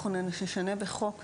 אנחנו נשנה "בחוק זה",